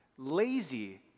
lazy